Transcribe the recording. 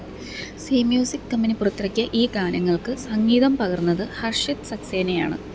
see music company പുറത്തിറക്കിയ ഈ ഗാനങ്ങൾക്ക് സംഗീതം പകർന്നത് ഹർഷിത് സക്സേനയാണ്